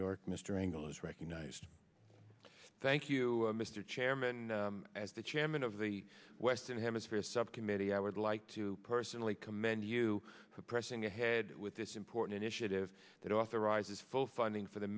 york mr engel is recognized thank you mr chairman as the chairman of the western hemisphere subcommittee i would like to personally commend you for pressing ahead with this important initiative that authorizes full funding for the